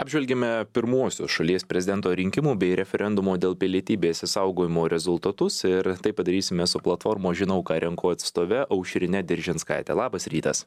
apžvelgėme pirmuosius šalies prezidento rinkimų bei referendumo dėl pilietybės išsaugojimo rezultatus ir tai padarysime su platforma žinau ką renku atstove aušrine diržinskaite labas rytas